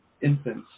infants